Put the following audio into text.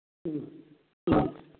ꯎꯝ ꯎꯝ